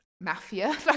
mafia